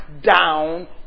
down